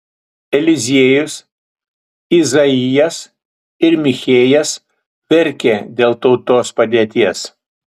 eliziejus izaijas ir michėjas verkė dėl tautos padėties